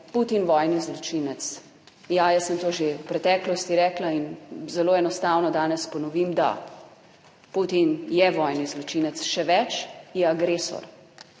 Putin vojni zločinec. Ja, jaz sem to že v preteklosti rekla in zelo enostavno danes ponovim, da Putin je vojni zločinec. Še več, je agresor